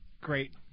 great